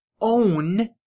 Own